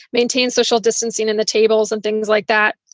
maintain social distancing and the tables and things like that.